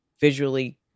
visually